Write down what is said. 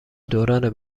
دوران